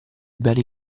beni